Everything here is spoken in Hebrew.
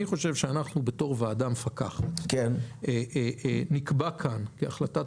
אני חושב שאנחנו בתור ועדה מפקחת נקבע כאן כהחלטת